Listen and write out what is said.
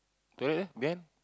toilet there behind